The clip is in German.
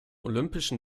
olympischen